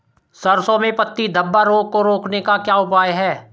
सरसों में पत्ती धब्बा रोग को रोकने का क्या उपाय है?